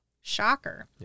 shocker